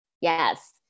Yes